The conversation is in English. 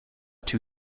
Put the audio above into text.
two